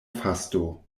fasto